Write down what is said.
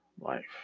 life